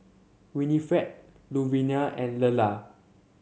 Winifred Louvenia and Lela